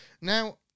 Now